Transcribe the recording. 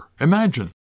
Imagine